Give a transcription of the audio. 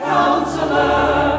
Counselor